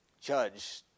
judge